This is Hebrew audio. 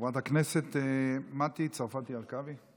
חברת הכנסת מטי צרפתי הרכבי.